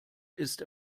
ist